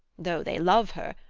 though they love her,